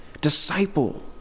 disciple